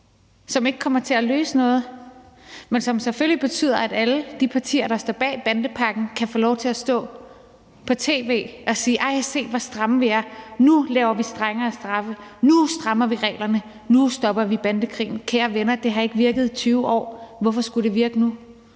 som ikke kommer til at løse noget, men som selvfølgelig betyder, at alle de partier, der står bag bandepakken, kan få lov til at stå på tv og sige: Nej, se, hvor stramme vi er, nu laver vi strengere straffe, nu strammer vi reglerne, nu stopper vi bandekrigen. Kære venner, det her har ikke virket i 20 år, hvorfor skulle det ærlig